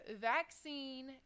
vaccine